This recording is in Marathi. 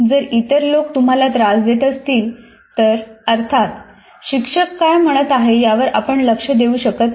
जर इतर लोक तुम्हाला त्रास देत असतील तर अर्थात शिक्षक काय म्हणत आहे यावर आपण लक्ष देऊ शकत नाही